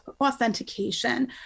authentication